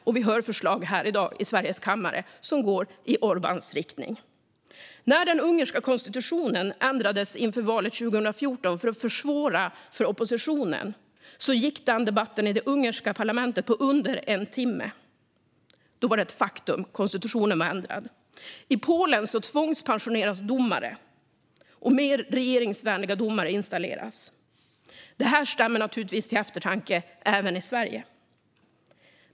Och vi hör förslag här i dag, i Sveriges riksdag, som går i Orbáns riktning. När den ungerska konstitutionen ändrades inför valet 2014 för att försvåra för oppositionen gick debatten om detta i det ungerska parlamentet på under en timme. Då var det ett faktum: Konstitutionen var ändrad. I Polen tvångspensioneras domare, och mer regeringsvänliga domare installeras. Detta stämmer naturligtvis till eftertanke även i Sverige.